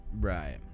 right